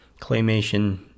Claymation